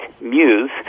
Muse